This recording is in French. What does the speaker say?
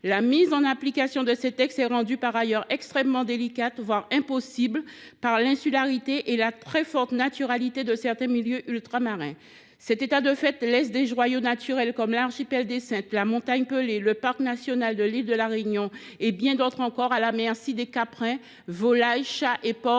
La mise en application de ces textes est rendue par ailleurs extrêmement délicate, voire impossible par l’insularité et la très forte naturalité de certains milieux ultramarins. Cet état de fait laisse des joyaux naturels, comme l’archipel des Saintes, la montagne Pelée, le parc national de l’île de La Réunion, et bien d’autres encore à la merci des caprins, volailles, chats et porcs